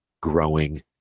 growing